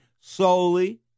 solely